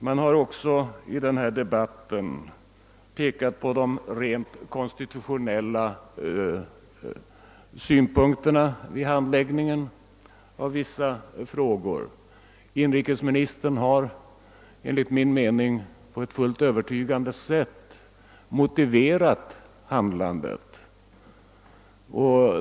I debatten har det också anförts konstitutionella synpunkter på handläggningen av vissa frågor. Industriministern har på ett enligt min mening fullt övertygande sätt motiverat förslaget.